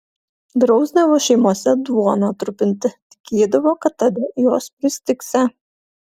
drausdavo šeimose duoną trupinti tikėdavo kad tada jos pristigsią